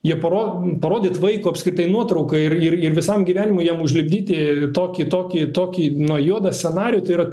jie paro parodyt vaiko apskritai nuotrauką ir ir ir visam gyvenimui jam užlipdyti tokį tokį tokį na juodą scenarijų tai yra